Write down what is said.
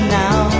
now